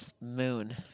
Moon